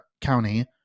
County